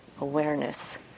awareness